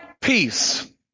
peace